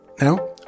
Now